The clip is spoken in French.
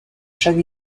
chaque